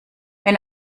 wenn